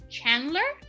Chandler